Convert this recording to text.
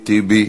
טיבי.